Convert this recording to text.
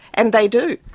and they do.